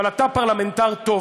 אבל אתה פרלמנטר טוב.